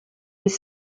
les